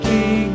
King